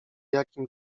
jakim